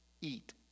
Eat